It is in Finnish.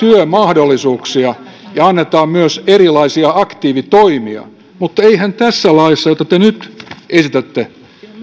työmahdollisuuksia ja annetaan myös erilaisia aktiivitoimia mutta eihän tässä laissa jota te nyt esitätte